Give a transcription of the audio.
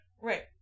Right